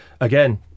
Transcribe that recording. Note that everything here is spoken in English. Again